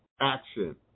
action